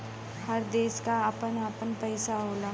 हर देश क आपन आपन पइसा होला